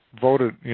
voted